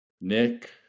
Nick